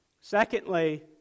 Secondly